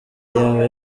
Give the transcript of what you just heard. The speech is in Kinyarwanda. yaba